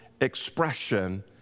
expression